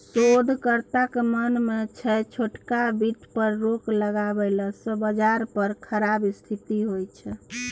शोधकर्ताक मानब छै छोटका बित्त पर रोक लगेला सँ बजार पर खराब स्थिति होइ छै